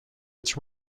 its